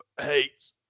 hate